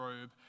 robe